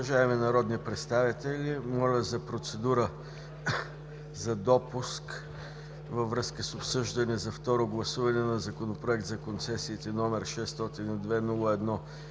Уважаеми народни представители, моля за процедура за допуск във връзка с обсъждане за второ гласуване на Законопроект за концесиите, № 602-01-29,